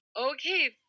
okay